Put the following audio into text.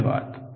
धन्यवाद